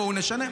בואו נשנה,